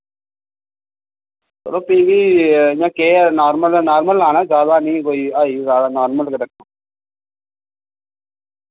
चलो फ्ही बी इयां केह् ऐ नार्मल गै नार्मल लाना ज्यादा नि कोई हाई ज्यादा नार्मल गै रक्खना